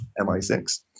MI6